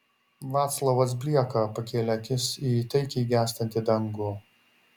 vaclovas blieka pakėlė akis į taikiai gęstantį dangų